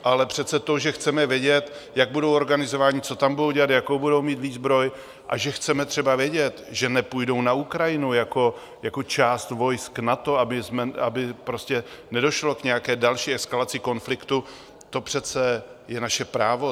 Ale přece to, že chceme vědět, jak budou organizováni, co tam budou dělat, jakou budou mít výzbroj a že chceme třeba vědět, že nepůjdou na Ukrajinu jako část vojsk NATO, aby nedošlo k nějaké další eskalaci konfliktu, to přece je naše právo.